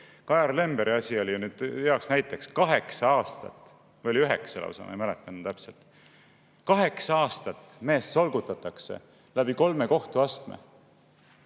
Kajar Lemberi asi oli hea näiteks: kaheksa aastat või oli üheksa lausa, ma ei mäleta täpselt. Kaheksa aastat meest solgutatakse läbi kolme kohtuastme.